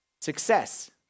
success